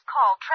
call